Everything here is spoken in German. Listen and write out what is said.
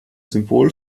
symbol